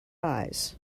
eyes